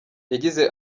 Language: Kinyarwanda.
yagize